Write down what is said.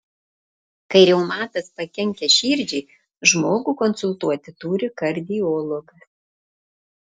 kai reumatas pakenkia širdžiai žmogų konsultuoti turi kardiologas